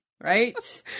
Right